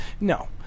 No